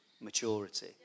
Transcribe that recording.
maturity